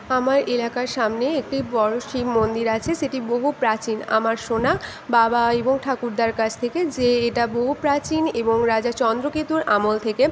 আমার এলাকার সামনে একটি বড় শিব মন্দির আছে সেটি বহু প্রাচীন আমার শোনা বাবা এবং ঠাকুরদার কাছ থেকে যে এটা বহু প্রাচীন এবং রাজা চন্দ্রকেতুর আমল থেকে